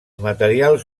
materials